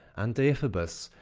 and deiphobus,